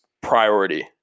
priority